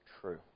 true